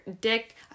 dick